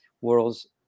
world's